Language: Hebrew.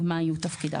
ומה יהיו תפקידיו.